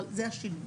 אבל זה השינוי.